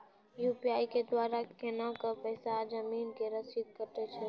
UPI के द्वारा केना कऽ पैसा जमीन के रसीद कटैय छै?